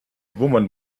woman